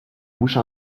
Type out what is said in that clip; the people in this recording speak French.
bouche